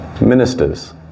Ministers